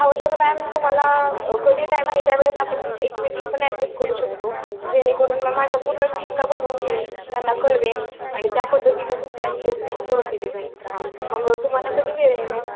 हवं तर मॅम तुम्हाला कधी टाईम आहे त्यावेळेस आपण एक मीटिंग पण ॲडजस्ट करू शकतो जेणेकरून मॅम माझ्या पूर्ण टीमला बोलवून घेईन त्यांना कळवेन आणि त्या पद्धतीनं तुमचे ॲडजस्टमेंट करून दिले जाईल मग तुम्हाला कधी वेळ आहे मॅम